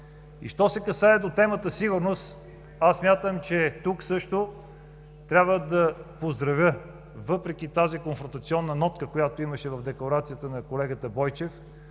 Що се касае до темата „Сигурност“ смятам, че тук също трябва да поздравя, въпреки тази конфронтационна нотка, която имаше в декларацията на колегата Бойчев,